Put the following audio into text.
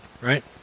right